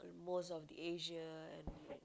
most of the Asia and